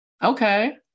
Okay